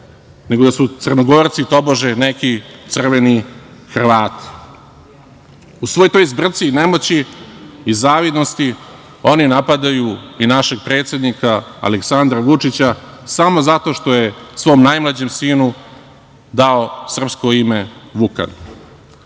nego da su Crnogorci tobože neki crveni Hrvati.U svoj toj zbrci i nemoći i zavidnosti oni napadaju i našeg predsednika Aleksandra Vučića, samo zato što je svom najmlađem sinu dao srpsko ime - Vukan.